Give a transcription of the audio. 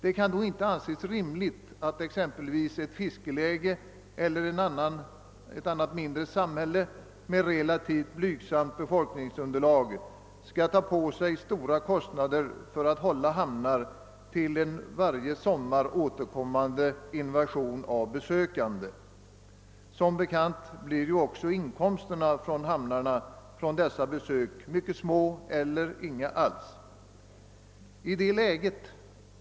Det kan då inte anses rimligt att exempelvis ett fiskeläge eller ett annat samhälle med relativt blygsamt befolkningsunderlag skall bära de stora kostnaderna för att hålla hamnar för en varje sommar återkommande invasion av besökande. Som bekant blir inkomsterna för hamnarna från dessa besök mycket små eller inga alls.